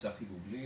שמי צחי בובליל,